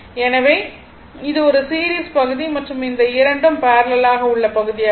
எனவே இது சீரிஸ் பகுதி மற்றும் இந்த இரண்டும் பேரலல் ஆக உள்ள பகுதியாகும்